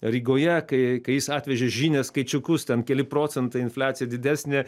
rygoje kai kai jis atvežė žinią skaičiukus ten keli procentai infliacija didesnė